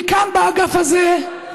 כי כאן, באגף הזה,